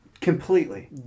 Completely